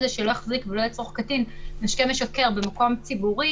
זה שלא יחזיק ולא יצרוך קטין משקה משכר במקום ציבורי